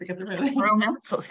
Romance